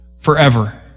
forever